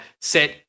set